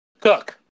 Cook